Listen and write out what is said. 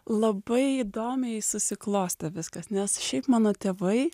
labai įdomiai susiklostė viskas nes šiaip mano tėvai